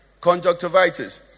Conjunctivitis